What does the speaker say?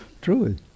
truly